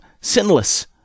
sinless